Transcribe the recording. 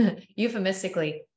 euphemistically